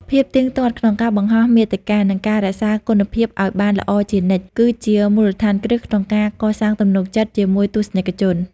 ភាពទៀងទាត់ក្នុងការបង្ហោះមាតិកា និងការរក្សាគុណភាពឱ្យបានល្អជានិច្ច គឺជាមូលដ្ឋានគ្រឹះក្នុងការកសាងទំនុកចិត្តជាមួយទស្សនិកជន។